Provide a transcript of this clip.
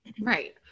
Right